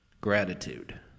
Gratitude